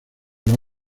los